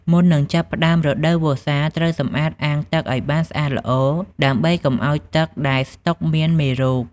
មុននឹងចាប់ផ្តើមរដូវវស្សា ត្រូវសម្អាតអាងទឹកឲ្យបានស្អាតល្អ ដើម្បីកុំឲ្យទឹកដែលស្តុកមានមេរោគ។